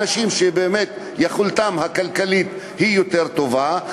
אנשים שבאמת יכולתם הכלכלית יותר טובה,